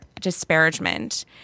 disparagement